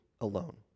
alone